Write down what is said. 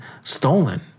stolen